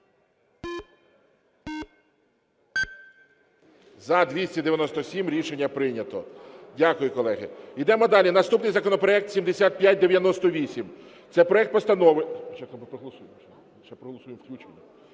За-297 Рішення прийнято. Дякую, колеги. Ідемо далі. Наступний законопроект 7598. Це проект Постанови